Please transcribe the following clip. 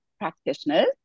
practitioners